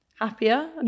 happier